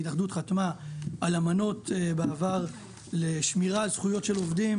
ההתאחדות בעבר חתמה על אמנות לשמירה על זכויות של עובדים